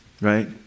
right